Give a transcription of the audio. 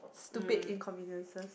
stupid inconveniences